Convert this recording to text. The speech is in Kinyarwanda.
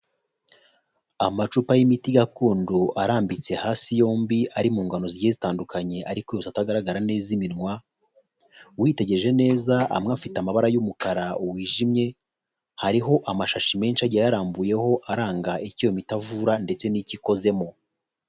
Amacupa y'imiti gakondo arambitse hasi yombi ari mu ngano zigiye zitandukanye ariko yose atagaragara neza iminwa, witegereje neza amwe afite amabara y'umukara wijimye, hariho amashashi menshi agiye ayarambuyeho aranga icyo iyo miti ivura ndetse n'icyo ikozemo.